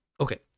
Okay